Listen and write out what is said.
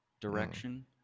direction